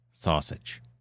sausage